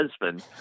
husband